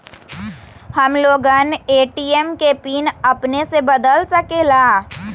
हम लोगन ए.टी.एम के पिन अपने से बदल सकेला?